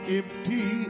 empty